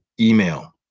email